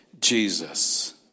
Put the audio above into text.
Jesus